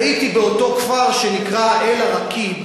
הייתי באותו כפר שנקרא אל-עראקיב,